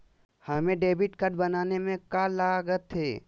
हमें debit card बनाने में का लागत?